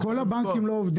אם כל הבנקים לא עובדים?